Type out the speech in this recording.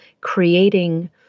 creating